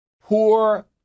Poor